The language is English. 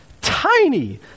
tiny